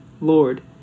Lord